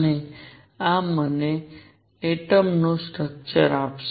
અને આ મને એટમ નું સ્ટ્રકચર આપશે